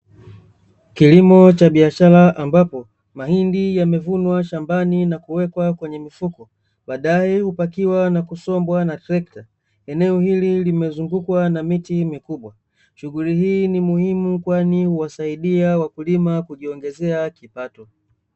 Kilimo cha biashara ambapo mahindi yamevunwa shambani na kuwekwa kwenye mifuko baadae hupakiwa na kusombwa na trekta, eneo hili limezungukwa na miti mikubwa. Shughuli hii ni muhimu kwani huwasaidia wakulima kujiongezea kipato.